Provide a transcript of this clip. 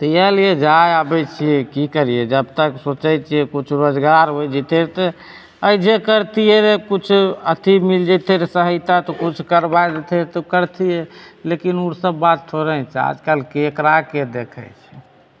तऽ इएह लिए जाए आबैत छियै की करिए जब तक सोचैत छियै किछु रोजगार होइ जेतै तऽ एहिजे करतिऐ रऽ किछु अथी मिल जइतै रऽ सहायता तऽ कुछ करबा दैथय तऽ करतिऐ लेकिन ओसब बात थोड़े ही छै आजकल केकरा के देखैत छै